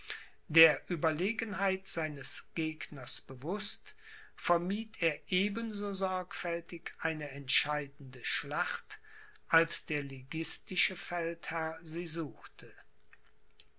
der ueberlegenheit seines gegners bewußt vermied er eben so sorgfältig eine entscheidende schlacht als der liguistische feldherr sie suchte